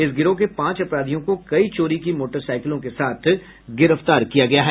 इस गिरोह के पांच अपराधियों को कई चोरी की मोटरसाईकिलों के साथ गिरफ्तार किया है